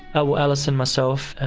ah so alison, myself,